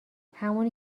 همونی